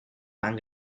fan